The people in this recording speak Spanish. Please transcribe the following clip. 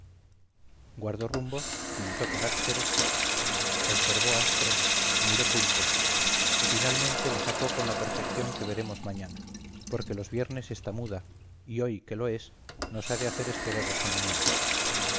guardó rumbos pintó carácteres observó astros miró puntos y finalmente la sacó con la perfeción que veremos mañana porque los viernes está muda y hoy que lo es nos ha de hacer esperar hasta mañana